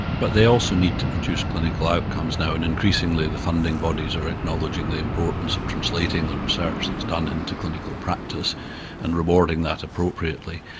but they also need to produce clinical outcomes now, and increasingly the funding bodies are acknowledging the importance of translating the research that's done into clinical practice and rewarding that appropriately.